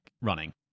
running